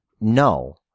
No